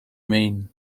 mean